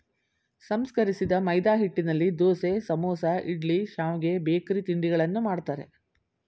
ಸಂಸ್ಕರಿಸಿದ ಮೈದಾಹಿಟ್ಟಿನಲ್ಲಿ ದೋಸೆ, ಸಮೋಸ, ಇಡ್ಲಿ, ಶಾವ್ಗೆ, ಬೇಕರಿ ತಿಂಡಿಗಳನ್ನು ಮಾಡ್ತರೆ